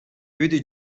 үйдү